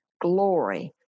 glory